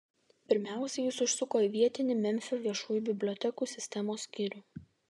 pirmiausia jis užsuko į vietinį memfio viešųjų bibliotekų sistemos skyrių